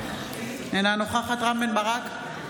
אינה נוכחת רם בן ברק,